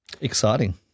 Exciting